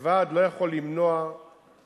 וועד לא יכול למנוע תהליך,